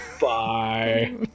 bye